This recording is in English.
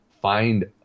find